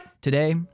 Today